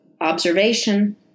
observation